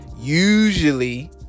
usually